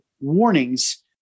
warnings